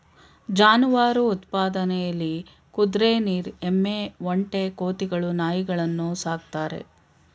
ಜಾನುವಾರು ಉತ್ಪಾದನೆಲಿ ಕುದ್ರೆ ನೀರ್ ಎಮ್ಮೆ ಒಂಟೆ ಕೋತಿಗಳು ನಾಯಿಗಳನ್ನು ಸಾಕ್ತಾರೆ